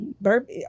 Burp